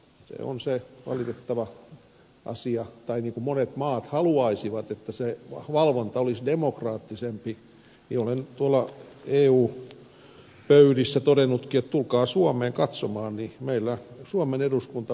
se on se valitettava asia tai niin kuin monet maat haluaisivat että se valvonta olisi demokraattisempaa niin olen tuolla eun pöydissä todennutkin että tulkaa suomeen katsomaan meillä suomen eduskunta valvoo kaikkea